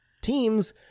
teams